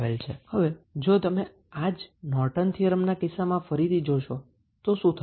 હવે જો તમે આ જ નોર્ટન થીયરમના કિસ્સામાં ફરી જોશો તો શું થશે